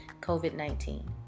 COVID-19